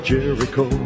Jericho